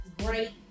great